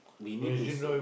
we need to s~